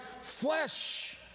flesh